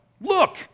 Look